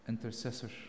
intercessor